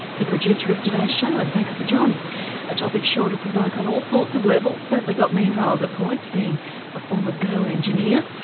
the producer of today's show. and thanks to jon a topic sure to provoke on all sorts of levels certainly got me riled at points, being a former girl engineer.